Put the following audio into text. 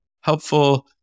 helpful